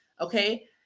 okay